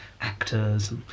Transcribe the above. Actors